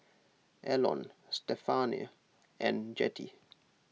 Elon Stephania and Jettie